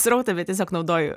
srautą bet tiesiog naudoju